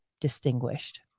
distinguished